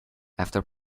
after